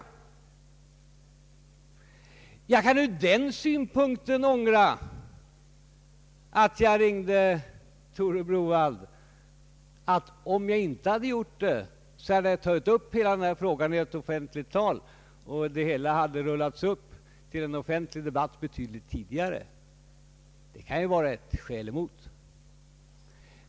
Jag kan ur den synpunkten ångra att jag ringde Tore Browaldh, att om jag inte gjort det, hade jag tagit upp denna fråga i ett offentligt tal och det hela hade rullats upp till en offentlig debatt betydligt tidigare.